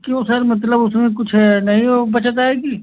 क्यों सर मतलब उसमें कुछ नहीं ओ बचत आएगी